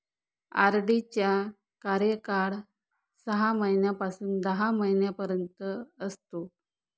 RD चा कार्यकाळ सहा महिन्यापासून दहा महिन्यांपर्यंत असतो